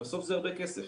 בסוף זה הרבה כסף.